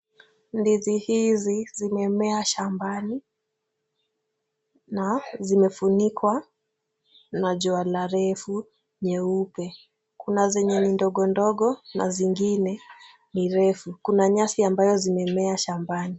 Ndizi hizi zimemea shambani na zimefunikwa na juala refu nyeupe. Kuna zenye ni ndogo ndogo na zingine ni refu. Kuna nyasi ambazo zimemea shambani.